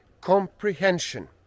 comprehension